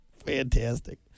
Fantastic